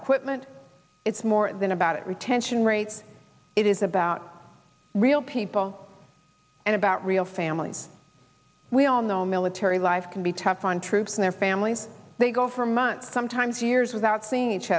equipment it's more than about retention rates it is about real people and about real families we all know military life can be tough on troops and their families they go for months sometimes years without seeing each